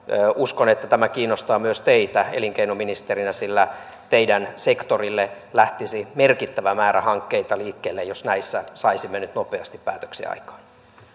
uskon että tämä kiinnostaa myös teitä elinkeinoministerinä sillä teidän sektorillanne lähtisi merkittävä määrä hankkeita liikkeelle jos näissä saisimme nyt nopeasti päätöksiä aikaan